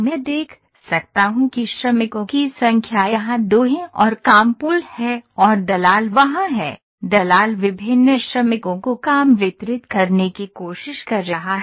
मैं देख सकता हूं कि श्रमिकों की संख्या यहां दो हैं और काम पूल है और दलाल वहां है दलाल विभिन्न श्रमिकों को काम वितरित करने की कोशिश कर रहा है